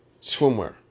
Swimwear